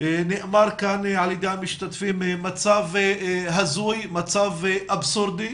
נאמר כאן על ידי המשתתפים, מצב הזוי, מצב אבסורדי.